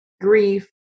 grief